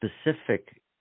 specific